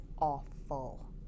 awful